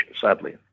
sadly